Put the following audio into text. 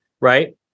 right